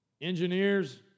engineers